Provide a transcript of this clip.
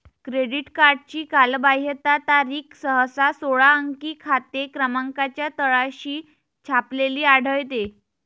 credit कार्डची कालबाह्यता तारीख सहसा सोळा अंकी खाते क्रमांकाच्या तळाशी छापलेली आढळते